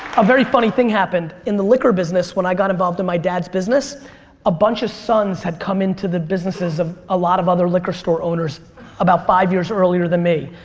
a very funny thing happened in the liquor business when i got involved in my dad's business a bunch of sons had come into the businesses of a lot of other liquor store owners about five years earlier than me.